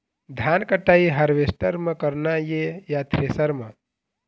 धान कटाई हारवेस्टर म करना ये या थ्रेसर म?